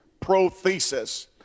prothesis